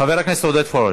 חבר הכנסת עודד פורר,